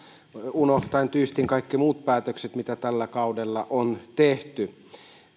unohtaen tyystin kaikki muut päätökset mitä tällä kaudella on tehty